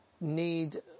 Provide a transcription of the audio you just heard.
need